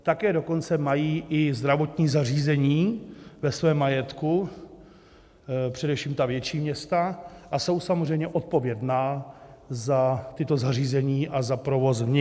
Také dokonce mají i zdravotní zařízení ve svém majetku, především ta větší města, a jsou samozřejmě odpovědná za tato zařízení a za provoz v nich.